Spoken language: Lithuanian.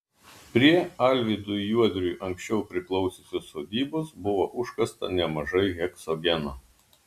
prie alvydui juodriui anksčiau priklausiusios sodybos buvo užkasta nemažai heksogeno